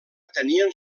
tenien